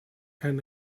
and